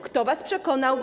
Kto was przekonał?